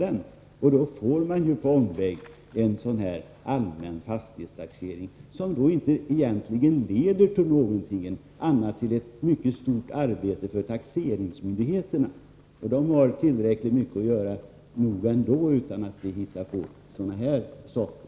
På en omväg får man alltså en allmän fastighetstaxering, som egentligen inte leder till annat än ett mycket stort arbete för taxeringsmyndigheterna, som har tillräckligt att göra utan att vi behöver hitta på sådana här saker.